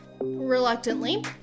reluctantly